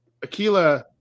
akila